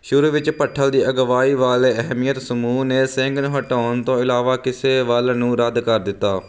ਸ਼ੁਰੂ ਵਿੱਚ ਭੱਠਲ ਦੀ ਅਗਵਾਈ ਵਾਲੇ ਅਹਿਮੀਅਤ ਸਮੂਹ ਨੇ ਸਿੰਘ ਨੂੰ ਹਟਾਉਣ ਤੋਂ ਇਲਾਵਾ ਕਿਸੇ ਵੱਲ ਨੂੰ ਰੱਦ ਕਰ ਦਿੱਤਾ